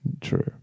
True